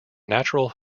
natural